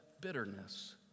bitterness